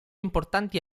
importanti